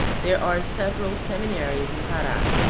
there are several seminaries in para,